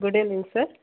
good evening sir